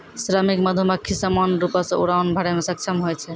श्रमिक मधुमक्खी सामान्य रूपो सें उड़ान भरै म सक्षम होय छै